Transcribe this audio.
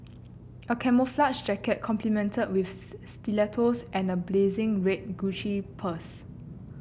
a camouflages jacket complemented with stilettos and a blazing red Gucci purse